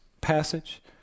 passage